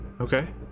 Okay